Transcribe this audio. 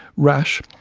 rash.